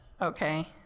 Okay